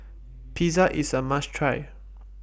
Pizza IS A must Try